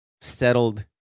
settled